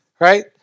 right